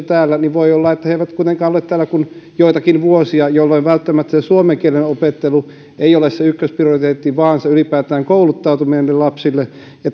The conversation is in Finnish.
täällä niin voi olla että he eivät kuitenkaan ole täällä kuin joitakin vuosia jolloin välttämättä se suomen kielen opettelu ei ole se ykkösprioriteetti vaan ylipäätään kouluttautuminen niille lapsille